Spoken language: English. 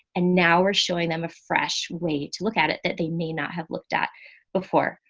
and now we're showing them a fresh way to look at it that they may not have looked at before.